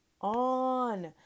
on